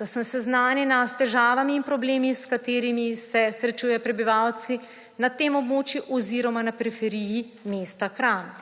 da sem seznanjena s težavami in problemi, s katerimi se srečujejo prebivalci na tem območju oziroma na periferiji mesta Kranj.